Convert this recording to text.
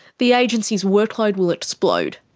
the agency's workload will explode.